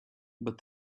but